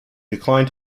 declined